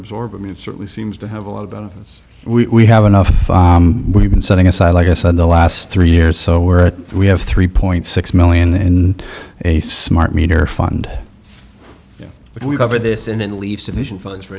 absorb i mean it certainly seems to have a lot of benefits we have enough we've been setting aside like i said the last three years so where we have three point six million and a smart meter fund yeah but we cover this and then leave sufficient funds for